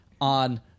on